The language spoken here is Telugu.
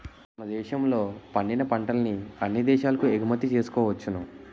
మన దేశంలో పండిన పంటల్ని అన్ని దేశాలకు ఎగుమతి చేసుకోవచ్చును